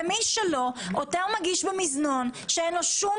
ומי שלא אותו מגיש במזנון שאין לו שום